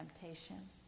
temptation